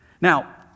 Now